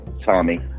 Tommy